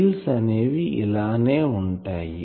fields అనేవి ఇలానే ఉంటాయి